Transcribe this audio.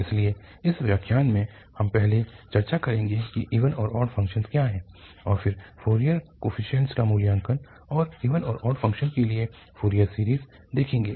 इसलिए इस व्याख्यान में हम पहले चर्चा करेंगे कि इवन और ऑड फ़ंक्शन क्या हैं और फिर फोरियर कोफीशिएंट्स का मूल्यांकन और इवन और ऑड फ़ंक्शन के लिए फोरियर सीरीज़ देखेंगे